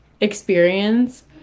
experience